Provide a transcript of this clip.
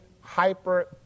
hyper